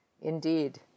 Indeed